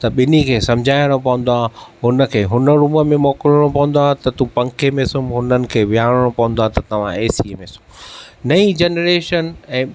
त ॿिन्ही खे समुझाइणो पवंदो आहे हुन खे हुन रूम में मोकिलणो पवंदो आहे त तू पंखे में सुम उन्हनि खे वियारणो पवंदो आ त तव्हां ए सी में सुम्हो नई जनरेशन ऐं